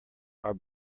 are